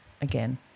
again